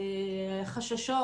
חששות,